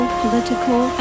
political